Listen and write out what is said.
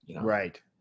Right